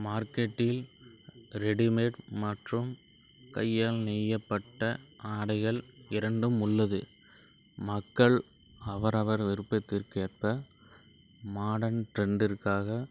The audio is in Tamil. மார்கெட்டில் ரெடிமேட் மற்றும் கையால் நெய்யப்பட்ட ஆடைகள் இரண்டும் உள்ளது மக்கள் அவரவர் விருப்பத்திற்கேற்ப மாடர்ன் ட்ரெண்டிற்காக